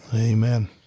Amen